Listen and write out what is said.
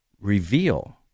reveal